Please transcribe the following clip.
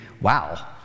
wow